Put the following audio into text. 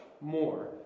more